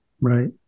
Right